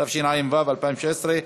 התשע"ו 2016,